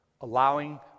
Allowing